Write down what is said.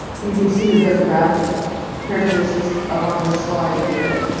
you can see the demographic characteristics up on this slide here.